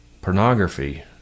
pornography